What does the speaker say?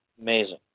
Amazing